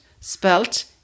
spelt